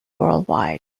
worldwide